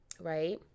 Right